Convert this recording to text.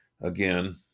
again